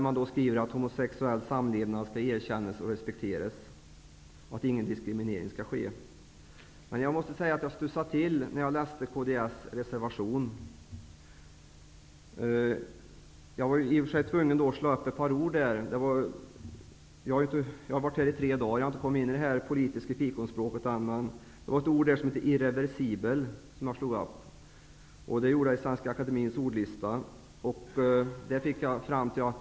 Man skriver att homosexuell samlevnad skall erkännas och respekteras och att ingen diskriminering skall ske. Jag studsade till när jag läste kds reservation. Jag var tvungen att slå upp ett par ord. Jag har varit här i bara tre dagar och har inte riktigt kommit in i det politiska fikonspråket. Jag var bl.a. tvungen att slå upp ordet ''irreversibel'' i Svenska Akademiens ordlista.